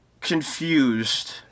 confused